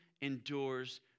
endures